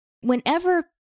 Whenever